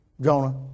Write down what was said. Jonah